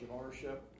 ownership